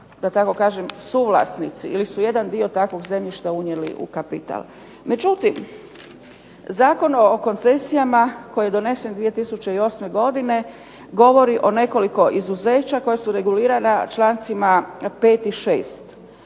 da tako kažem, suvlasnici ili su jedan dio takvog zemljišta unijeli u kapital. Međutim, Zakon o koncesijama koji je donesen 2008. godine govori o nekoliko izuzeća koja su regulirana člancima 5. i 6.